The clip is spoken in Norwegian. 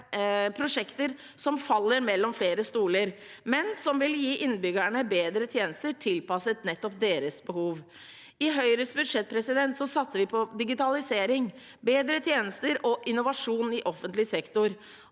som faller mellom flere stoler, men som vil gi innbyggerne bedre tjenester tilpasset nettopp deres behov. I Høyres budsjett satser vi på digitalisering, bedre tjenester og innovasjon i offentlig sektor.